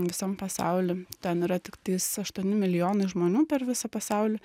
visam pasauly ten yra tiktais aštuoni milijonai žmonių per visą pasaulį